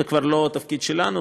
זה כבר לא התפקיד שלנו,